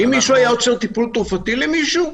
האם מישהו היה עוצר טיפול תרופתי למישהו?